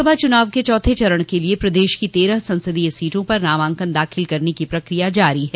लोकसभा चुनाव के चौथे चरण के लिये प्रदेश की तेरह संसदीय सीटों पर नामांकन दाखिल करने की पक्रिया जारी है